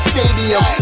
Stadium